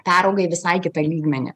perauga į visai kitą lygmenį